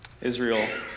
Israel